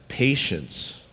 Patience